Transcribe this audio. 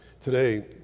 today